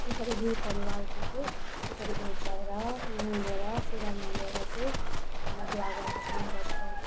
त्यसरी दुई परिवारको चाहिँ त्यसरी भेट भएर मिलेर कुरा मिलेर चाहिँ हामी बिया गर्ने काम गर्छौँ